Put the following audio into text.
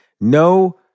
No